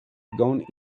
gone